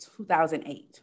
2008